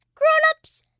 grown-ups,